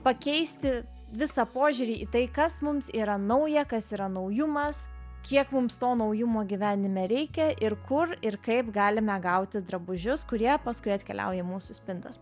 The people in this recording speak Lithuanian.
pakeisti visą požiūrį į tai kas mums yra nauja kas yra naujumas kiek mums to naujumo gyvenime reikia ir kur ir kaip galime gauti drabužius kurie paskui atkeliauja į mūsų spintas